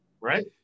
right